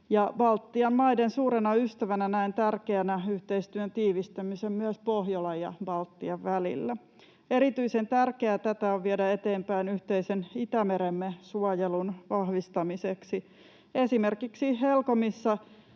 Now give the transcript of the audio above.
Baltian maiden suurena ystävänä näen tärkeänä yhteistyön tiivistämisen myös Pohjolan ja Baltian välillä. Erityisen tärkeää tätä on viedä eteenpäin yhteisen Itämeremme suojelun vahvistamiseksi esimerkiksi HELCOMissa